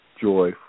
Joy